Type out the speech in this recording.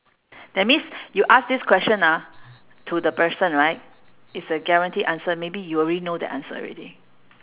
that means you ask this question ah to the person right is a guaranteed answer maybe you already know the answer already